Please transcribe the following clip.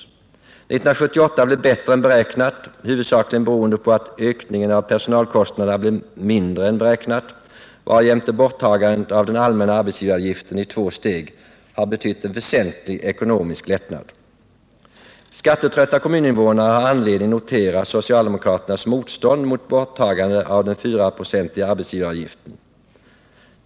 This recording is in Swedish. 1978 blev bättre än beräknat, huvudsakligen beroende på att ökningen av personalkostnaderna blev mindre än beräknat, varjämte borttagandet av den allmänna arbetsgivaravgiften i två steg har betytt en väsentlig ekonomisk lättnad. Skattetrötta kommuninvånare har anledning notera socialdemokraternas motstånd mot borttagandet av den 4-procentiga arbetsgivaravgiften.